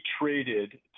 traded